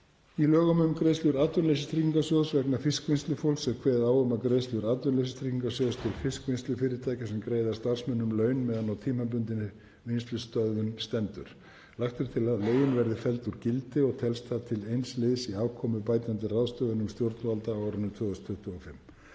Í lögum um greiðslur Atvinnuleysistryggingasjóðs vegna fiskvinnslufólks er kveðið á um greiðslur Atvinnuleysistryggingasjóðs til fiskvinnslufyrirtækja sem greiða starfsmönnum laun meðan á tímabundinni vinnslustöðvun stendur. Lagt er til að lögin verði felld úr gildi og telst það til eins liðs í afkomubætandi ráðstöfunum stjórnvalda á árinu 2025.